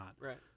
right